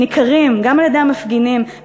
ניכרים גם על-ידי המפגינים,